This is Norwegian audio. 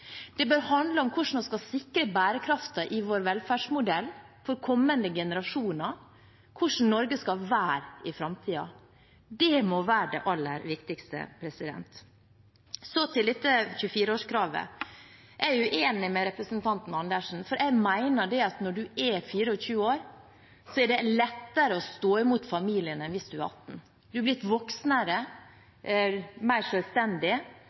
Det bør handle om hvordan man skal sikre bærekraften i vår velferdsmodell for kommende generasjoner, hvordan Norge skal være i framtiden. Det må være det aller viktigste. Så til 24-årskravet. Jeg er uenig med representanten Andersen, for jeg mener at når en er 24 år, er det lettere å stå imot familien enn hvis en er 18. En er blitt mer voksen, mer selvstendig